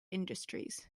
industries